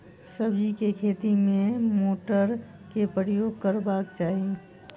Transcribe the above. सब्जी केँ खेती मे केँ मोटर केँ प्रयोग करबाक चाहि?